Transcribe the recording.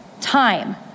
time